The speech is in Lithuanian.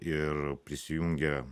ir prisijungę